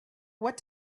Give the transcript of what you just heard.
what